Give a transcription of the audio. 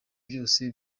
byose